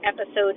episode